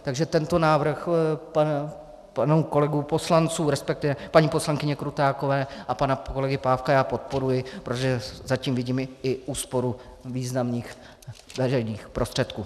Takže tento návrh pánů kolegů poslanců, resp. paní poslankyně Krutákové a pana kolegy Pávka, já podporuji, protože za tím vidím i úsporu významných veřejných prostředků.